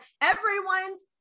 Everyone's